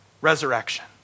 Resurrection